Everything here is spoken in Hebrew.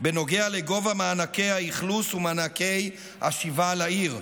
בנוגע לגובה מענקי האכלוס ומענקי השיבה לעיר.